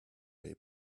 way